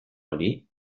hori